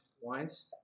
wines